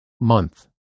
month